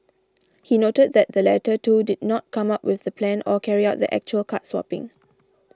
he noted that the latter two did not come up with the plan or carry out the actual card swapping